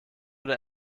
oder